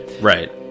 right